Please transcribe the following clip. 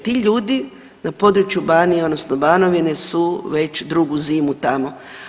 Ti ljudi na području Banije odnosno Banovine su već drugu zimu tamo.